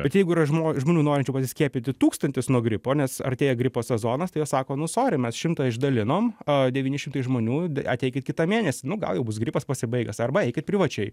bet jeigu yra žmo žmonių norinčių pasiskiepyti tūkstantis nuo gripo nes artėja gripo sezonas tai jie sako nu sori mes šimtą išdalinom a devyni šimtai žmonių ateikit kitą mėnesį nu gal jau bus gripas pasibaigęs arba eikit privačiai